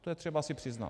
To je třeba si přiznat.